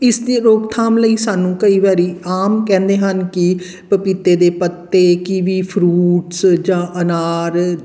ਇਸ ਦੀ ਰੋਕਥਾਮ ਲਈ ਸਾਨੂੰ ਕਈ ਵਾਰੀ ਆਮ ਕਹਿੰਦੇ ਹਨ ਕਿ ਪਪੀਤੇ ਦੇ ਪੱਤੇ ਕੀਵੀ ਫਰੂਟਸ ਜਾਂ ਅਨਾਰ